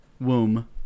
womb